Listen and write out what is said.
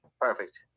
Perfect